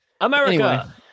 America